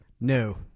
no